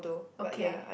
okay